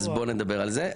אז נדבר על זה.